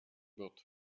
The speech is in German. wird